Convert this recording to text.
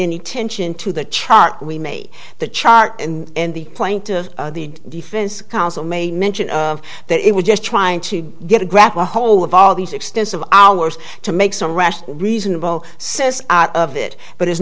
any attention to the chart we made the chart and the playing to the defense counsel may mention that it was just trying to get a grab ahold of all these extensive hours to make some rational reasonable says out of it but there's